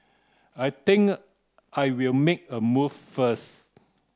I think I'll make a move first